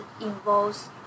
involves